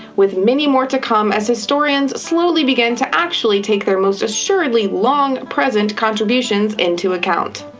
with many more to come as historians slowly begin to actually take their most assuredly long-present contributions into account.